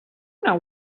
know